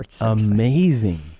amazing